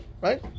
right